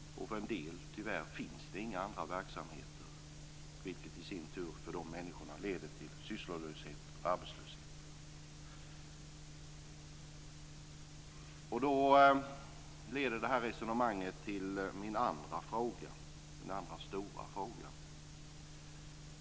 För en del finns det tyvärr inga andra verksamheter. Det leder i sin tur till sysslolöshet och arbetslöshet för de människorna. Då leder detta resonemang till min andra stora fråga.